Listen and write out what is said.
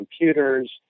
computers